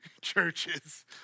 churches